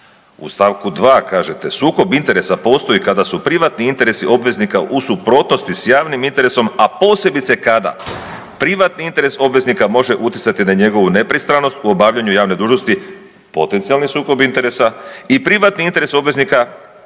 U stavku 2. kažete: „Sukob interesa postoji kada su privatni interesi obveznika u suprotnosti sa javnim interesom, a posebice kada privatni interes obveznika može utjecati na njegovu nepristranost u obavljanju javne dužnosti potencijalni sukob interesa i privatni interes obveznika koji